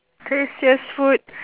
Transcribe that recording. tastiest food